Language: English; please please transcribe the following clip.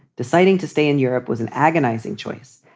deciding to stay in europe was an agonizing choice.